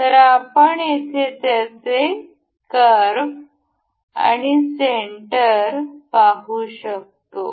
तर आपण येथे त्याचे कर्व आणी सेंटर पाहू शकतो